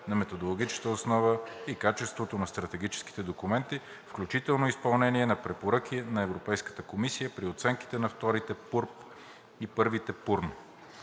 на методологичната основа и качеството на стратегическите документи, включително изпълнение на препоръки на Европейската комисия при оценката на вторите ПУРБ и първите ПУРН.